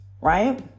right